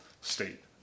state